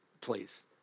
please